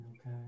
Okay